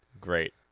Great